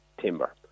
timber